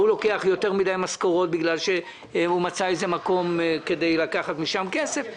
ההוא לוקח יותר מדי משכורות בגלל שהוא מצא איזה מקום כדי לקחת משם כסף.